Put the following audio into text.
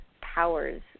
powers